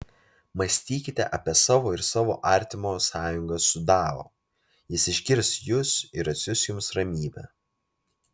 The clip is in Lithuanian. mąstykite apie savo ir savo artimo sąjungą su dao jis išgirs jus ir atsiųs jums ramybę